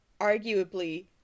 arguably